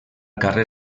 carrer